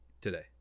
today